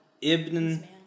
Ibn